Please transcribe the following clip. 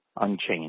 unchanged